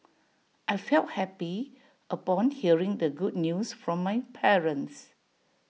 I felt happy upon hearing the good news from my parents